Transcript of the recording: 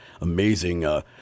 amazing –